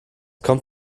kommt